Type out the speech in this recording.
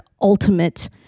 ultimate